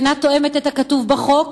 שאינה תואמת את הכתוב בחוק,